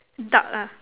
dark ah